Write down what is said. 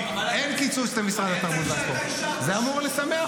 לא קיצצו במשרד התרבות והספורט, זה לא מעניין